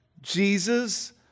Jesus